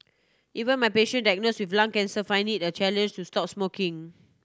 even my patient diagnose with lung cancer find it a challenge to stop smoking